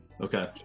okay